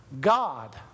God